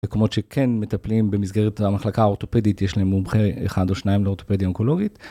מקומות שכן מטפלים במסגרת המחלקה האורתופדית יש להם מומחה אחד או שניים לאורתופדיה אונקולוגית.